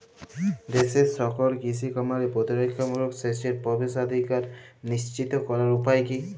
দেশের সকল কৃষি খামারে প্রতিরক্ষামূলক সেচের প্রবেশাধিকার নিশ্চিত করার উপায় কি?